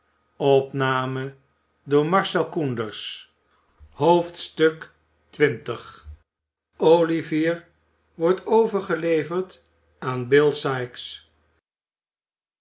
xx olivier wordt overgeleverd aan bill sikes